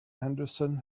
henderson